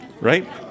right